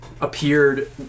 appeared